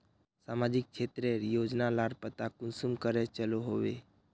सामाजिक क्षेत्र रेर योजना लार पता कुंसम करे चलो होबे?